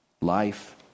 Life